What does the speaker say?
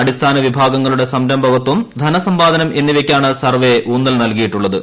അടിസ്ഥാന വിഭാഗങ്ങളുടെ സംരംഭകത്വം ധനസമ്പാദനം എന്നിവയ്ക്കാണ് സർവ്വേ ഊന്നൽ നൽകിയിട്ടുള്ളത്